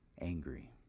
angry